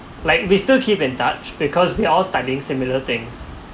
like we still keep in touch because we are all studying similar things